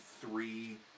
three